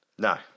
No